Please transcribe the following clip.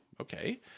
okay